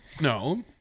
No